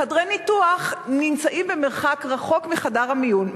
חדרי הניתוח נמצאים במרחק מחדר המיון.